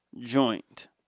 joint